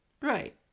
right